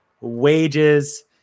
wages